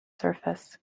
surface